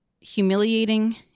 humiliating